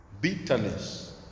Bitterness